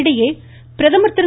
இதனிடையே பிரதமர் திரு